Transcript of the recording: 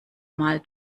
mal